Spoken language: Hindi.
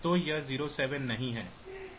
तो यह 07 नहीं है